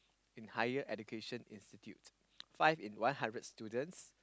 in higher education institute five in one hundred students